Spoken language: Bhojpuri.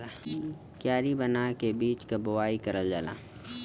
कियारी बना के बीज के बोवाई करल जाला